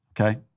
okay